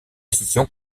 scission